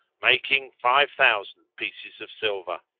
making five thousand pieces of silver.